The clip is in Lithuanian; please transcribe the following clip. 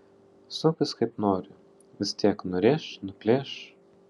sukis kaip nori vis tiek nurėš nuplėš